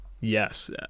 Yes